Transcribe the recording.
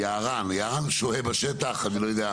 יערן שוהה בשטח אני לא יודע,